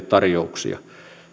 tarjouksia